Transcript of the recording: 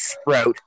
sprout